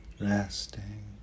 resting